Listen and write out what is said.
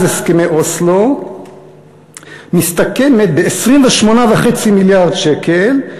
הסכמי אוסלו מסתכמת ב-28.5 מיליארד שקל,